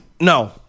No